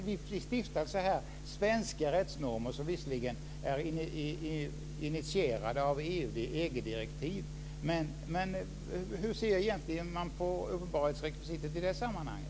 Vi skapar här svenska rättsnormer som visserligen är initierade av EG-direktiv. Men hur ser man egentligen på uppenbarhetsrekvisitet i det sammanhanget?